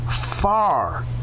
far